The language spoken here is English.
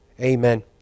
Amen